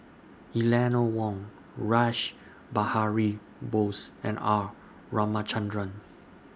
Eleanor Wong Rash Behari Bose and R Ramachandran